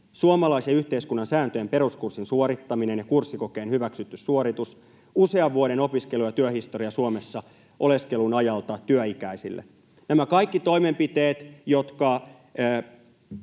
suomalaisen yhteiskunnan sääntöjen peruskurssin suorittaminen ja kurssikokeen hyväksytty suoritus; usean vuoden opiskelu- ja työhistoria Suomessa oleskelun ajalta työikäisille.” Nämä kaikki toimenpiteet, jotka